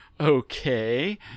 okay